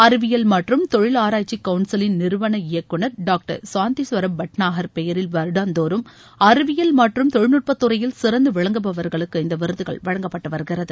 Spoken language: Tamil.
அறிவியல் மற்றும் தொழில் ஆராய்ச்சி கவுன்சிலின் நிறுவன இயக்குநர் டாக்டர் சாந்தி ஸ்வரப் பாட் நாகர் பெயரில் வருடம் தோறும் அறிவியல் மற்றும் தொழில்நுட்பத்துறையில் சிறந்து விளங்குபவர்களுக்கு இந்த விருதுகள் வழங்கப்பட்டு வருகிறது